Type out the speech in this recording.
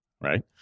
right